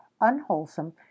unwholesome